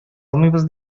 алмыйбыз